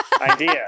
idea